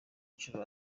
nshuro